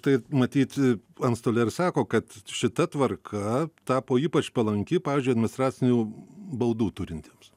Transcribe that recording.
tai matyt antstoliai ir sako kad šita tvarka tapo ypač palanki pavyzdžiui administracinių baudų turintiems